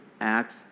acts